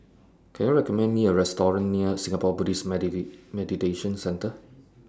Can YOU recommend Me A Restaurant near Singapore Buddhist Meditation Centre